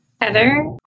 Heather